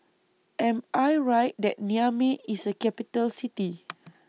Am I Right that Niamey IS A Capital City